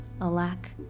Alack